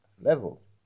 levels